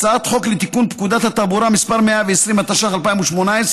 הצעת חוק לתיקון פקודת התעבורה (מס' 120) התשע"ח 2018,